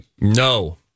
No